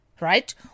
Right